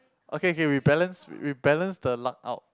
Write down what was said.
okay okay we balance we balance the luck out